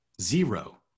Zero